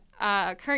current